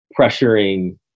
pressuring